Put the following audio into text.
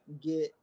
get